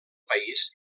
país